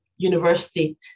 university